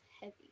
Heavy